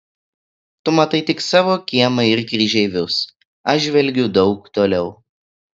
tu matai tik savo kiemą ir kryžeivius aš žvelgiu daug toliau